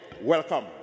welcome